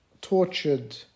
tortured